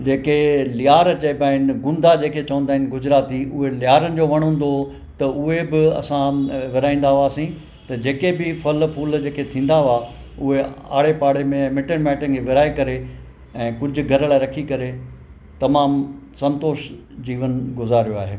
जेके लियार चइबा आहिनि गुंदा जेके चवंदा आहिनि गुजराती उहे लिहारन जो वण हूंदो हुओ त उहो बि असां विराईंदा हुआसीं त जेके बि फल फूल जेके थींदा हुआ उहे आड़े पाड़े में मिटनि माइटनि खे विराए करे ऐं गुज घर लाइ रखी करे तमामु संतोष जीवन गुज़ारियो आहे